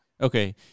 Okay